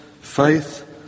faith